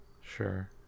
sure